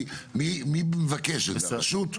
מי מבקש את זה, הרשות?